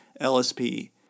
LSP